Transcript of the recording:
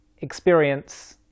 experience